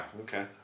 okay